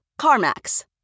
CarMax